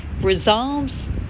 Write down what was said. resolves